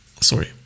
Sorry